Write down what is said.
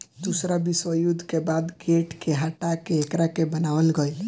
दूसरा विश्व युद्ध के बाद गेट के हटा के एकरा के बनावल गईल